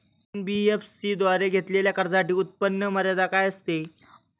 NBFC द्वारे घेतलेल्या कर्जासाठी उत्पन्न मर्यादा काय असते?